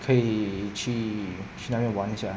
可以去去那边玩一下